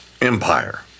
Empire